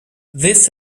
this